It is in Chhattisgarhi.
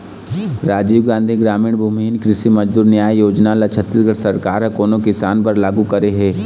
राजीव गांधी गरामीन भूमिहीन कृषि मजदूर न्याय योजना ल छत्तीसगढ़ सरकार ह कोन किसान बर लागू करे हे?